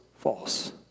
false